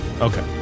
Okay